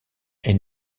est